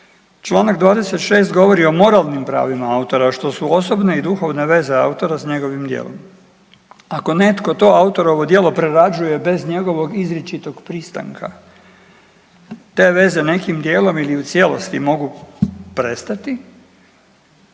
Čl. 26 govori o moralnim pravima autora, što su osobne i duhovne veze autora s njegovim djelom. Ako netko to autorovo djelo prerađuje bez njegovog izričitog pristanka, te veze nekim dijelom ili u cijelosti mogu prestati